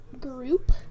group